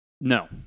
No